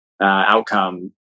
outcome